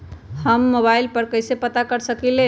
हम मोबाइल पर कईसे पता कर सकींले?